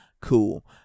cool